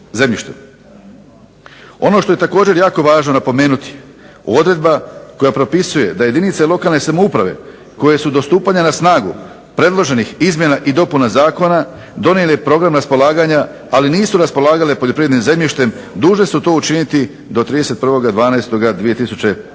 Ono što je također jako važno napomenuti odredba koja propisuje da i jedinice lokalne samouprave koje su do stupanja na snagu predloženih izmjena i dopuna zakona donijele program raspolaganja ali nisu raspolagale poljoprivrednim zemljištem dužne su to učiniti do 31.12.2011.